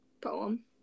poem